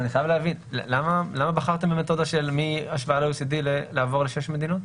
אבל אני חייב להבין למה בחרתם במתודה מהשוואה ל-OECD לעבור לשש מדינות?